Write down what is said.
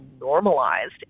normalized